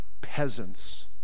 peasants